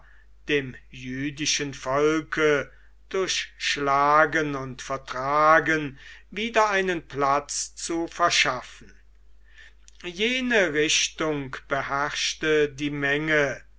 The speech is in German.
dem jüdischen volke durch schlagen und vertragen wieder seinen platz zu verschaffen jene richtung beherrschte die menge